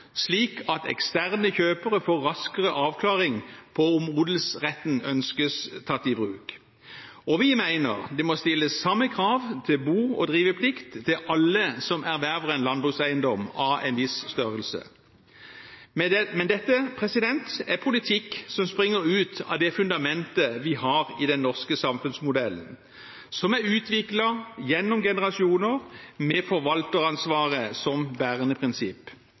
slik at eksterne kjøpere får raskere avklaring på om odelsretten ønskes tatt i bruk. Og vi mener det må stilles samme krav til bo- og driveplikt til alle som erverver en landbrukseiendom av en viss størrelse. Men dette er politikk som springer ut av det fundamentet vi har i den norske samfunnsmodellen, som er utviklet gjennom generasjoner, med forvalteransvaret som